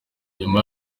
nyuma